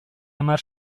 hamar